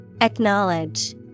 Acknowledge